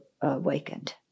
awakened